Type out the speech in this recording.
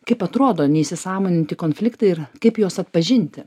kaip atrodo neįsisąmoninti konfliktai ir kaip juos atpažinti